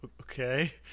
okay